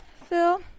Phil